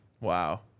Wow